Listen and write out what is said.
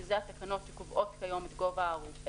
שאלה התקנות שקובעות כיום את גובה האגרה,